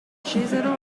scesero